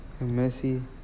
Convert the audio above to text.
Messi